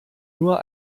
nur